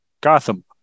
Gotham